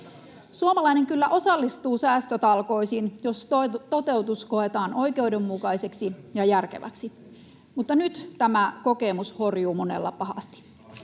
Suomalainen kyllä osallistuu säästötalkoisiin, jos toteutus koetaan oikeudenmukaiseksi ja järkeväksi, mutta nyt tämä kokemus horjuu monella pahasti.